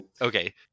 Okay